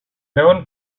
veuen